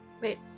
Wait